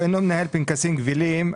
הוא אינו מנהל פנקסים קבילים,